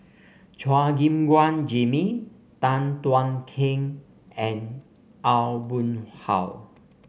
Chua Gim Guan Jimmy Tan Thuan Heng and Aw Boon Haw